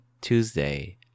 Tuesday